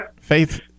Faith